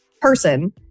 person